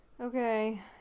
Okay